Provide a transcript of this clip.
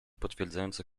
potwierdzająco